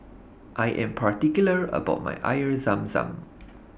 I Am particular about My Air Zam Zam